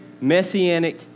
Messianic